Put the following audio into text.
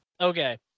Okay